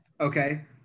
Okay